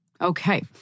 Okay